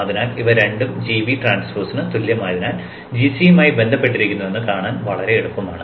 അതിനാൽ ഇവ രണ്ടും gB ട്രാൻസ്പോസിന് തുല്യമായതിനാൽ gC യുമായി ബന്ധപ്പെട്ടിരിക്കുന്നുവെന്ന് കാണാൻ വളരെ എളുപ്പമാണ്